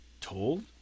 told